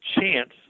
chance